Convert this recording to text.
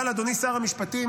אבל, אדוני שר המשפטים,